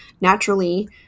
naturally